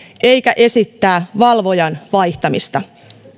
eikä esittää valvojan vaihtamista